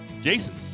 Jason